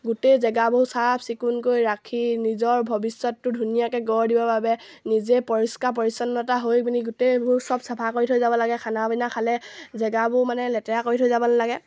গোটেই জেগাবোৰ চাফচিকুণকৈ ৰাখি নিজৰ ভৱিষ্যতটো ধুনীয়াকৈ গঢ় দিবৰ বাবে নিজে পৰিষ্কাৰ পৰিচ্ছন্নতা হৈ পিনি গোটেইবোৰ চব চাফা কৰি থৈ যাব লাগে খানা পিনা খালে জেগাবোৰ মানে লেতেৰা কৰি থৈ যাব লাগে